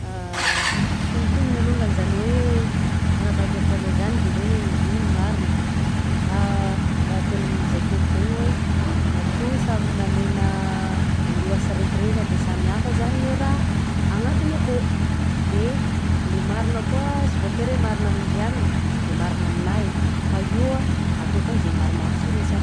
Sy mitombona longany zany oe fanapa-kevitranao zany de hoe igny no marina fa araka ny zakaiko zegny hoe matoa samy nomegna loha siraikaraika de samy hafa zany le raha agnatiny, akao de le marina koa sy voatery oe marina amindry ianona de marina aminahy fa io atao fôgna ze marimaritra iraisagna.